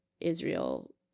israel